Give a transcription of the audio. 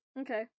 Okay